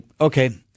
okay